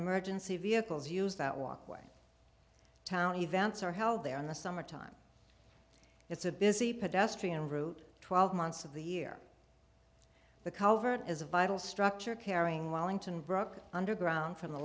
emergency vehicles use that walkway town events are held there in the summertime it's a busy pedestrian route twelve months of the year the culvert is a vital structure carrying wallington brook underground from the